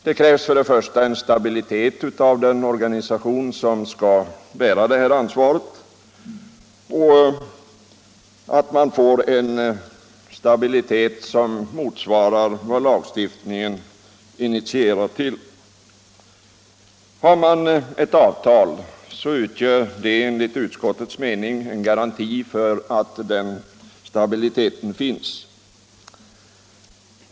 Det krävs först och främst en stabilitet av den organisation som skall bära ansvaret och att den därvid får sådan stabilitet som motsvarar vad lagstiftningen initierar till. Har man ett avtal utgör det enligt utskottets mening en garanti för att den stabiliteten finns.